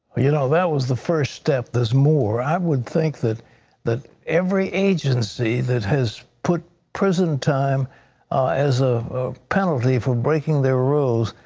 you know, that was the first step, and there's more. i would think that that every agency that has put prison time as a penalty for breaking their rules,